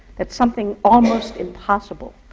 it's something almost impossible.